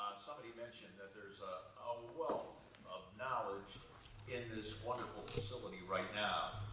somebody mentioned that there's a wealth of knowledge in this wonderful facility right now,